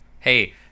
hey